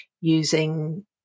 using